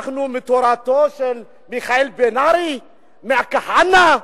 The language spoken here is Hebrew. אנחנו מתורתו של מיכאל בן-ארי מכהנא,